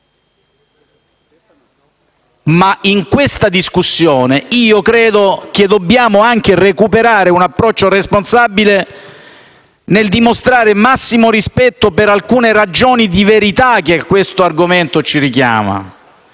In questa discussione però dobbiamo anche recuperare un approccio responsabile e dimostrare massimo rispetto per alcune ragioni di verità che l'argomento richiama.